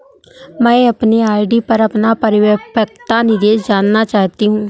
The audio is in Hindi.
मैं अपने आर.डी पर अपना परिपक्वता निर्देश जानना चाहती हूँ